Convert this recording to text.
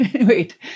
Wait